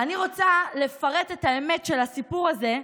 אני רוצה לפרט את האמת של הסיפור הזה,